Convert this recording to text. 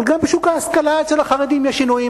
אבל גם בשוק ההשכלה אצל החרדים יש שינויים.